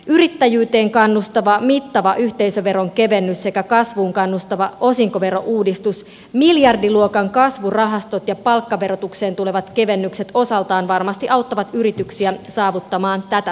yrittäjyyteen kannustava mittava yhteisöveron kevennys sekä kasvuun kannustava osinkoverouudistus miljardiluokan kasvurahastot ja palkkaverotukseen tulevat kevennykset osaltaan varmasti auttavat yrityksiä saavuttamaan tätä tavoitetta